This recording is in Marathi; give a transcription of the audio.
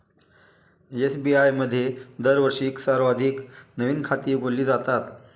एस.बी.आय मध्ये दरवर्षी सर्वाधिक नवीन खाती उघडली जातात